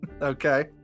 okay